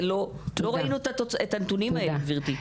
לא ראינו את הנתונים האלה, גברתי.